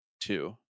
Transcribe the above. two